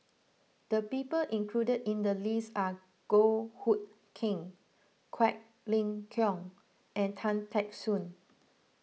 the people included in the list are Goh Hood Keng Quek Ling Kiong and Tan Teck Soon